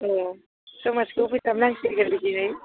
अ समाजखौ फोसाबनांसिगोन बिदिनो